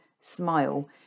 smile